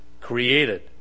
created